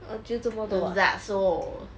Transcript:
err 就这么多 ah